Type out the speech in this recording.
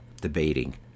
debating